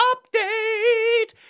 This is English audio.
Update